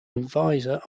advisor